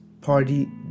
party